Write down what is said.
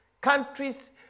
countries